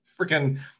freaking